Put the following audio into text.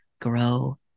grow